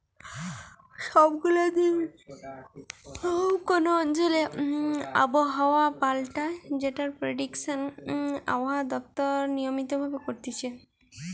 সব গুলা দিন কোন অঞ্চলে আবহাওয়া পাল্টায় যেটার প্রেডিকশন আবহাওয়া দপ্তর নিয়মিত ভাবে করতিছে